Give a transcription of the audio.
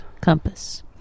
Compass